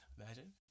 Imagine